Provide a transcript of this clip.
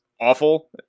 awful